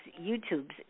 YouTube's